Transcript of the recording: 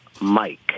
Mike